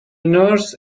nurse